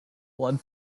blood